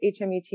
hmet